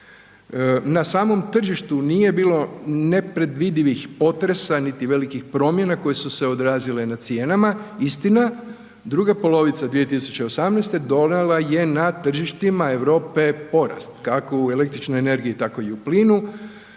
Na samom tržištu nije bilo nepredvidivih potresa niti velikih promjena koje su se odrazile na cijenama, istina, druga polovica 2018. donijela je na tržištima Europe porast kako i električnoj energiji tako i u plinu,